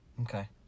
Okay